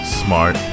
smart